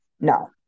No